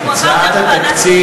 שמועבר דרך ועדת הכספים.